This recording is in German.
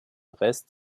rest